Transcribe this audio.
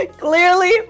Clearly